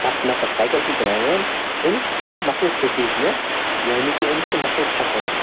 اَکھ نَفَر سایکَل چھُ چَلاوان أمس چھِ مَسٕل فٹیٖگنیٚس یعنی کہِ أمس چھِ مسٕل تھَکان